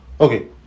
Okay